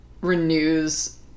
renews